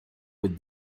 with